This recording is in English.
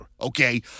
Okay